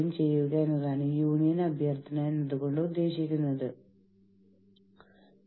ഇന്ത്യയിലെ എല്ലാ യൂണിയനുകൾക്കും ഇത് ബാധകമാണോ എന്ന് എനിക്ക് ഉറപ്പില്ല